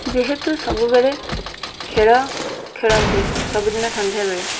ଯେହେତୁ ସବୁବେଳେ ଖେଳ ଖେଳନ୍ତି ସବୁଦିନ ସନ୍ଧ୍ୟାବେଳେ